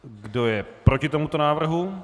Kdo je proti tomuto návrhu?